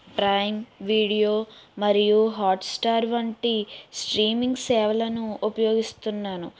prime Video మరియు Hotstar వంటి streaming సేవలను ఉపయోగిస్తున్నాను